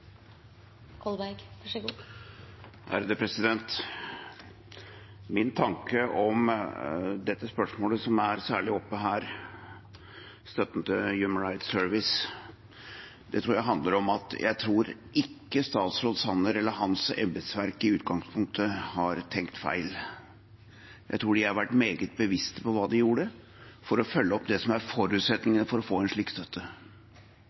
bare så man er oppmerksom på det under voteringen. Min tanke om dette spørsmålet som er særlig oppe her, støtten til Human Rights Service, handler om at jeg ikke tror statsråd Sanner eller hans embetsverk i utgangspunktet har tenkt feil. Jeg tror de har vært meget bevisste på hva de gjorde for å følge opp det som er forutsetningen for å få en slik støtte.